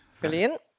Brilliant